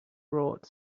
brought